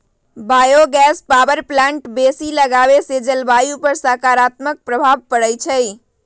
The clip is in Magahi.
बायो गैस पावर प्लांट बेशी लगाबेसे जलवायु पर सकारात्मक प्रभाव पड़इ छै